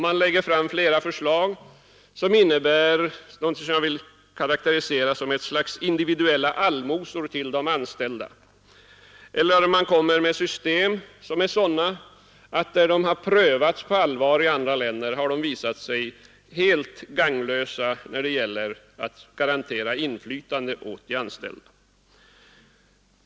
Man lägger fram flera förslag som innebär något som jag vill karakterisera som ett slags individuella allmosor till de anställda, eller också föreslår man system som är sådana att när de prövats på allvar i andra länder visat sig vara helt gagnlösa när det gällt att garantera inflytande för de anställda.